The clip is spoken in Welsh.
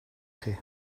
chi